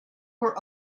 were